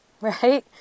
right